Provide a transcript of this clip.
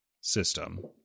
system